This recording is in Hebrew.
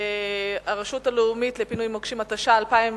חוק הרשות הלאומית לפינוי מוקשים, התש"ע 2010,